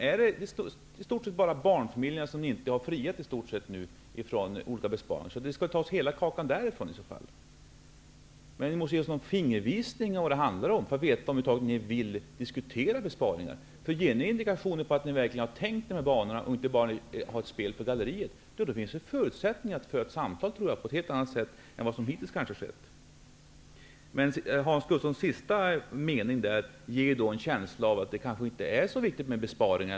Är det i stort sett bara barnfamiljerna som ni inte har friat från olika besparingar? Skall hela kakan tas där? Ni måste ge oss en fingervisning om vad det handlar om, så att vi vet om ni över huvud taget vill diskutera besparingar. Ger ni indikationer om att ni verkligen har tänkt i de här banorna och inte bara vill ha ett spel för galleriet, tror jag att det finns förutsättningar för samtal på ett helt annat sätt än som hittills kanske varit fallet. Det sista Hans Gustafsson sade i sitt förra inlägg förmedlar en känsla av att det kanske inte är så viktigt med besparingar.